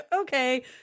okay